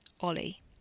Ollie